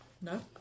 No